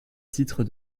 titre